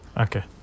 Okay